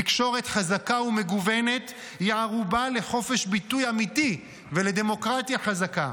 תקשורת חזקה ומגוונת היא ערובה לחופש ביטוי אמיתי ולדמוקרטיה חזקה.